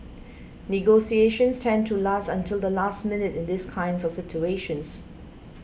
negotiations tend to last until the last minute in these kind of situations